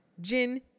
gin